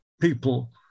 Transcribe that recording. people